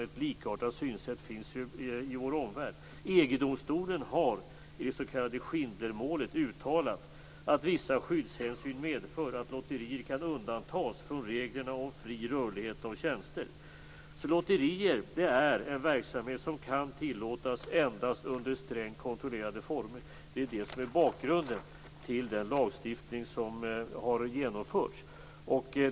Ett likartat synsätt finns i vår omvärld. EG-domstolen har i det s.k. Schindlermålet uttalat att vissa skyddshänsyn medför att lotterier kan undantas från reglerna om fri rörlighet av tjänster. Lotterier är alltså en verksamhet som endast kan tillåtas under strängt kontrollerade former. Det är bakgrunden till den lagstiftning som har genomförts.